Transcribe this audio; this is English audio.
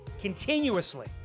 continuously